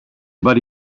but